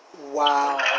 Wow